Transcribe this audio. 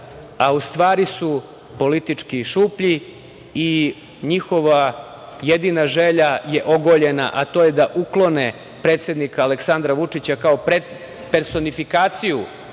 a u stvari su politički šuplji. Njihova jedina želja je ogoljena, a to je da uklone predsednika Aleksandra Vučića kao personifikaciju